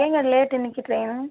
ஏங்க லேட்டு இன்றைக்கு ட்ரெயினு